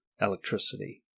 electricity